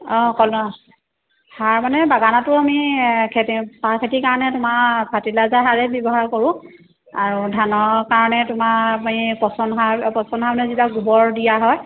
অঁ কল সাৰ মানে বাগানতো আমি খেতি সাৰ খেতিৰ কাৰণে তোমাৰ ফাৰ্টিলাইজাৰ সাৰেই ব্যৱহাৰ কৰোঁ আৰু ধানৰ কাৰণে তোমাৰ আমি পচন সাৰ পচন সাৰ মানে যিবিলাক গোবৰ দিয়া হয়